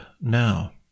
now